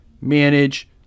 manage